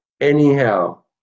Anyhow